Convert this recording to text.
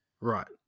Right